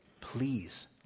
Please